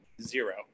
zero